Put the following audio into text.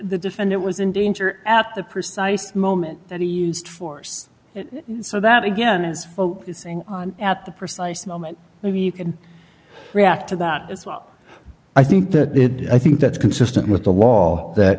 the defendant was in danger at the precise moment that he used force so that again is focusing on at the precise moment when you can react to that as well i think that i think that's consistent with the law that